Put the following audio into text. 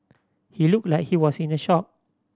he looked like he was in a shock